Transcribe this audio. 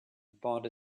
bought